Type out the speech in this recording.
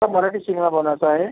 तर मराठी सिनेमा बनवायचा आहे